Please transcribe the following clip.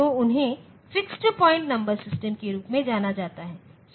तो उन्हें fixed point number system के रूप में जाना जाता है